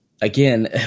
Again